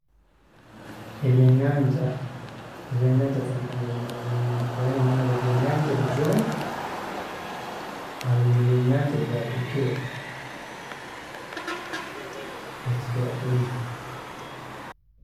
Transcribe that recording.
Ebyenyanja, ebyenyanja tinkumanya byemiringo nyingi kwiihaho nimanya haroho ebyenyanja ebijungu, haroho nebyenyanja ebya buri kiro ebi tukira kurya.